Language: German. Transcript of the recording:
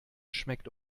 schmeckt